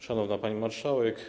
Szanowna Pani Marszałek!